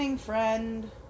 friend